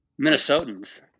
Minnesotans